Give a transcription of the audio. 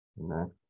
Next